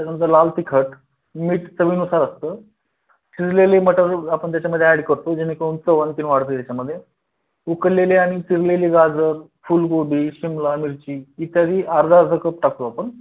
त्याच्यानंतर लाल तिखट मीठ चवीनुसार असतं चिरलेली मटर आपण त्याच्यामध्ये ॲड करतो जेणेकर चव आणखी वाढते त्याच्यामध्ये उकळलेली आणि चिरलेली गाजर फूलगोबी शिमला मिरची इत्यादी अर्धा अर्धा कप टाकतो आपण